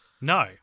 No